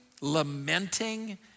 lamenting